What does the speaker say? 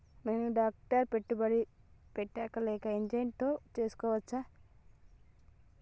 నేను డైరెక్ట్ పెట్టుబడి పెట్టచ్చా లేక ఏజెంట్ తో చేస్కోవచ్చా?